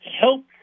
help